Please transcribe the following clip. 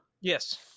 Yes